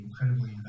incredibly